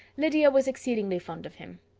lydia was exceedingly fond of him.